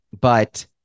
But-